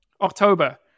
october